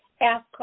ask